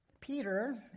Peter